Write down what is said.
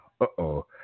Uh-oh